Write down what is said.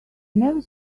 never